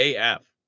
AF